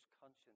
conscience